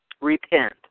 repent